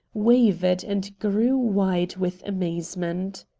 wavered and grew wide with amazement.